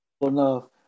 enough